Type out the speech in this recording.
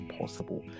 possible